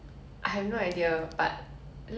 西式餐